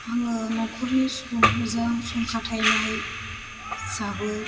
आङो नखरनि सुबुंफोरजों सम खाथायनाय हिसाबै